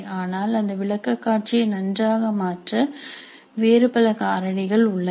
ஆனால் அந்த விளக்க காட்சியை நன்றாக மாற்ற வேறு பல காரணிகள் உள்ளன